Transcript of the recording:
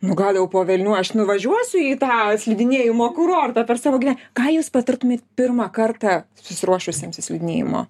nu gal jau po velnių aš nuvažiuosiu į tą slidinėjimo kurortą per savo gyve ką jūs patartumėt pirmą kartą susiruošusiems į slidinėjimo